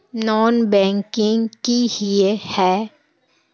Non banking किए हिये है?